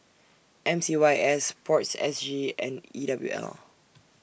M C Y S Sports S G and E W L